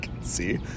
See